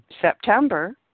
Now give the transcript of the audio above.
September